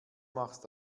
machst